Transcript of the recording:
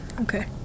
Okay